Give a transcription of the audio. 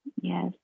Yes